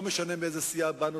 לא משנה מאיזו סיעה באנו,